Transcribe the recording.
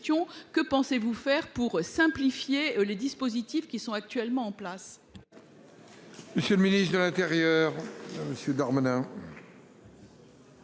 que pensez-vous faire pour simplifier les dispositifs qui sont actuellement en place.